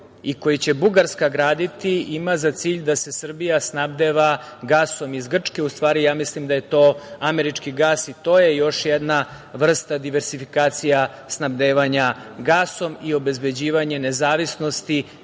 i koji će Bugarska graditi, ima za cilj da se Srbija snabdeva gasom iz Grčke, u stvari, ja mislim da je to američki gas, i to je još jedna vrsta diversifikacija snabdevanja gasom i obezbeđivanje nezavisnosti